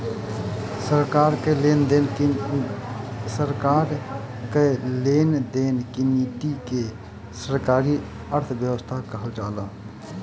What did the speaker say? सरकार कअ लेन देन की नीति के सरकारी अर्थव्यवस्था कहल जाला